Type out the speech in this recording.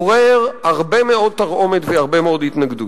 עורר הרבה מאוד תרעומת והרבה מאוד התנגדות,